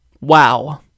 Wow